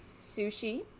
Sushi